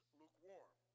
lukewarm